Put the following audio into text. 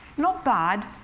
not bad.